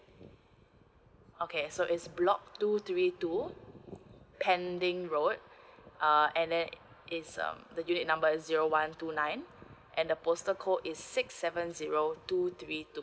okay so it's block two three two pending road uh and there is um the unit number zero one two nine and the postal code is six seven zero two three two